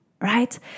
right